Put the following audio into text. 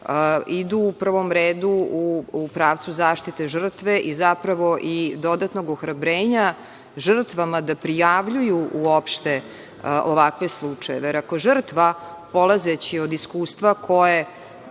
idu u prvom redu u pravcu zaštite žrtve i zapravo, dodatnog ohrabrenja žrtvama da prijavljuju uopšte ovakve slučajeve. Jer, ako žrtva, polazeći od iskustva koje